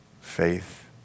Faith